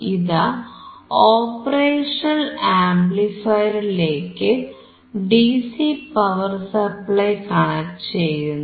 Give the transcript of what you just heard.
ഇതാ ഓപ്പറേഷണൽ ആംപ്ലിഫയറിലേക്ക് DC power supply connect ചെയ്യുന്നു